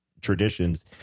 traditions